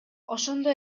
ошондой